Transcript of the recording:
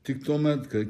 tik tuomet kai